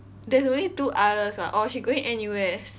there's only two others [what] or she's going N_U_S